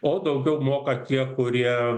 o daugiau moka tie kurie